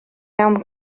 mewn